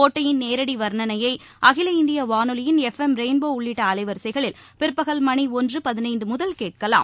போட்டியின் நேரடி வர்ணனையை அகில இந்திய வானொலியின் ரெயின்போ உள்ளிட்ட அலைவரிசைகளில் பிற்பகல் மணி ஒன்று பதினைந்து முதல் கேட்கலாம்